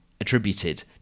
attributed